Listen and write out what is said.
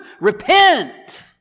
repent